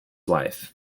wife